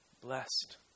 Blessed